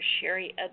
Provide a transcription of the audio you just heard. Sherry